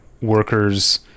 workers